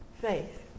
Faith